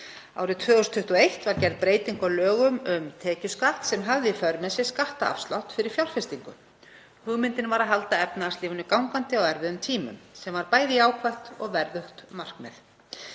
Árið 2021 var gerð breyting á lögum um tekjuskatt sem hafði í för með sér skattafslátt fyrir fjárfestingu. Hugmyndin var að halda efnahagslífinu gangandi á erfiðum tímum sem var bæði jákvætt og verðugt markmið.